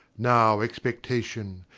now expectation,